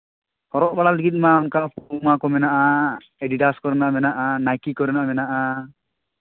ᱦᱚᱨᱚᱜ ᱵᱟᱲᱟ ᱞᱟᱹᱜᱤᱫ ᱢᱟ ᱚᱱᱠᱟ ᱠᱚ ᱢᱮᱱᱟᱜᱼᱟ ᱮᱰᱤᱰᱟᱥ ᱠᱚᱨᱮᱱᱟᱜ ᱢᱮᱱᱟᱜᱼᱟ ᱱᱟᱭᱠᱤ ᱠᱚᱨᱮᱱᱟᱜ ᱢᱮᱱᱟᱜᱼᱟ